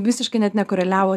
visiškai net nekoreliavo